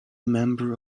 member